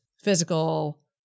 physical